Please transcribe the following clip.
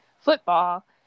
football